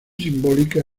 simbólica